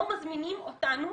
לא מזמינים אותנו